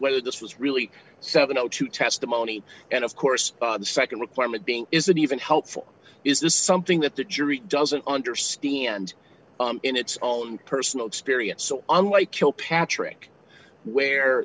whether this was really seven o two testimony and of course the nd requirement being isn't even helpful is this something that the jury doesn't understand in its own personal experience so unlike kilpatrick where